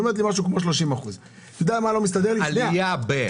היא אמרה לי שזה משהו כמו 30%. עלייה ב.